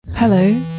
Hello